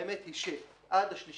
האמת היא שעד ה-3